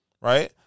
Right